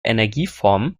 energieformen